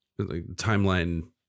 timeline